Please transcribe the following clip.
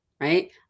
right